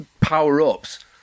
power-ups